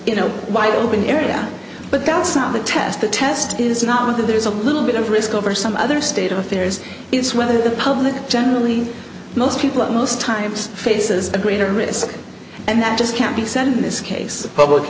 you know why the open area but down south to test the test is not that there's a little bit of risk over some other state of affairs it's whether the public generally most people at most times faces a greater risk and that just can't be sent in this case public